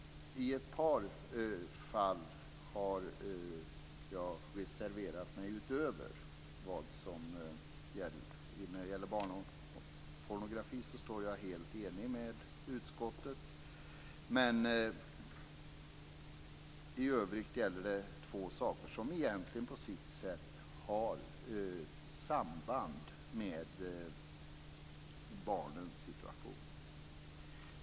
I ett par fall har jag reserverat mig, utöver det som gäller barnpornografin. När det gäller barnpornografin är jag helt ense med utskottet. I övrigt gäller det två saker som på sitt sätt egentligen har samband med barnens situation.